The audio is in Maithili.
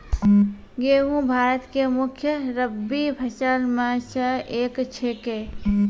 गेहूँ भारत के मुख्य रब्बी फसल मॅ स एक छेकै